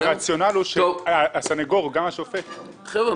הרציונל הוא שהסניגור וגם השופט --- חברים,